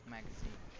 Magazine